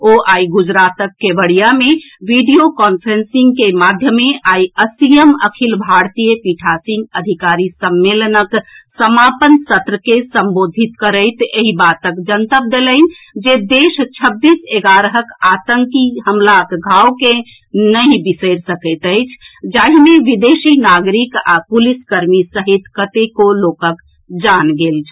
ओ आई गुजरातक केवड़िया मे वीडियो कांफ्रेंसिंग माध्यमे आई अस्सीयम अखिल भारतीय पीठासीन अधिकारी सम्मेलनक समापन सत्र के संबोधित करैत एहि बातक जनतब देलनि जे देश छब्बीस एगारहक अतंकी हमलाक घाव के नहि बिसरि सकैत अछि जाहि मे विदेशी नागरिक आ पुलिस कर्मी सहित कतेको लोकक जान गेल छल